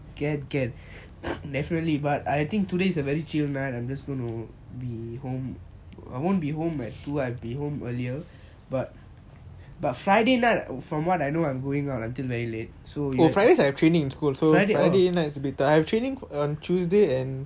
can can definitely but I think today is a very chill night I'm just gonna be home I won't be home at two I will be home earlier but friday night from what I know I'm going out until very late so you fridays I have training schools already early is bit the training on tuesday and